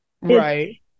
Right